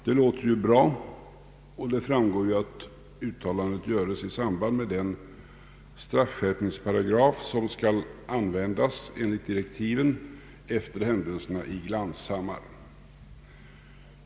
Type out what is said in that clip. Det låter ju bra, och det framgår att uttalandet görs i samband med den straffskärpningsparagraf som enligt direktiven skall användas efter händelserna i Glanshammar.